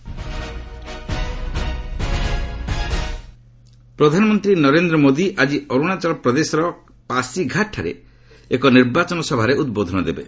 PM Arunachal Pradesh ପ୍ରଧାନମନ୍ତ୍ରୀ ନରେନ୍ଦ୍ର ମୋଦି ଆଜି ଅରୁଣାଚଳ ପ୍ରଦେଶର ପାଶିଘାଟଠାରେ ଏକ ନିର୍ବାଚନ ସଭାରେ ଉଦ୍ବୋଧନ ଦେବେ